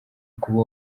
kuba